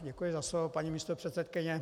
Děkuji za slovo, paní místopředsedkyně.